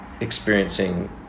experiencing